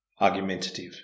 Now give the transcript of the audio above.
argumentative